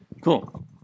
Cool